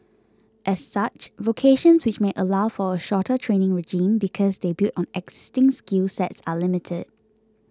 as such vocations which may allow for a shorter training regime because they build on existing skill sets are limited